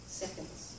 seconds